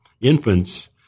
infants